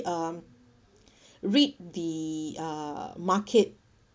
um read the uh market